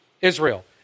Israel